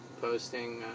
posting